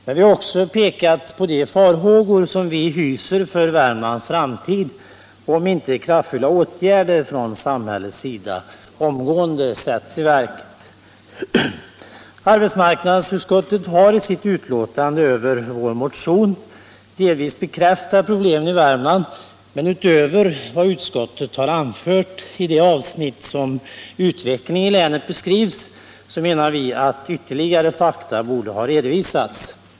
Men vi har också pekat på de farhågor som vi hyser för Värmlands framtid om inte kraftfulla åtgärder från samhällets sida omgående sätts i verket. Arbetsmarknadsutskottet har i sitt yttrande över vår motion delvis bekräftat problemen i Värmland. Men utöver vad utskottet har anfört i det avsnitt där utvecklingen i länet beskrivs menar vi att ytterligare fakta borde ha redovisats.